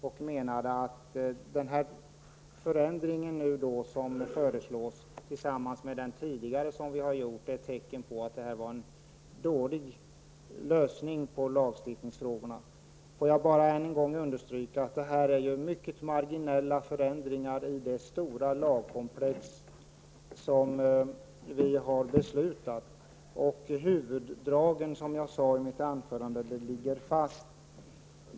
Han menade att den förändring som nu föreslås tillsammans med den som vi tidigare har gjort är tecken på att det här var en dålig lösning på lagstiftningsfrågorna. Jag vill understryka att det är fråga om mycket marginella förändringar i det stora lagkomplex som vi har beslutat om. Som jag sade i mitt anförande ligger huvuddragen fast.